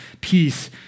peace